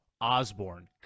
Osborne